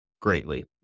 greatly